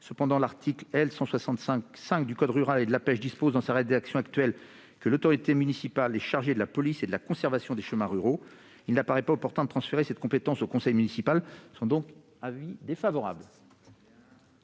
maire. L'article L. 161-5 du code rural et de la pêche prévoit, dans sa rédaction actuelle, que l'autorité municipale est chargée de la police et de la conservation des chemins ruraux. Il n'apparaît pas opportun de transférer cette compétence au conseil municipal. L'avis est donc défavorable.